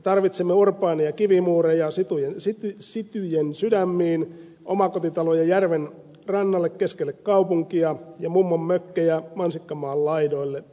me tarvitsemme urbaaneja kivimuureja cityjen sydämiin omakotitaloja järven rannalle keskelle kaupunkia ja mummonmökkejä mansikkamaan laidoille